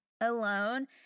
alone